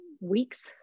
weeks